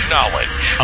Knowledge